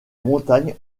montagne